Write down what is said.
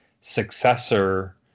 successor